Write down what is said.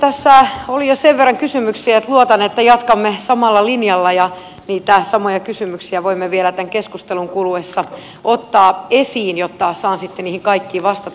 tässä oli jo sen verran kysymyksiä että luotan että jatkamme samalla linjalla ja niitä samoja kysymyksiä voimme vielä tämän keskustelun kuluessa ottaa esiin jotta saan sitten niihin kaikkiin vastata